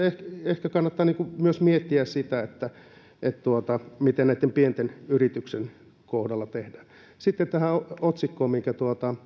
ehkä kannattaa myös miettiä sitä miten näitten pienten yritysten kohdalla tehdään sitten tähän otsikkoon minkä